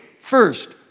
first